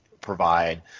provide